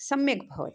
सम्यक् भवति